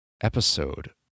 episode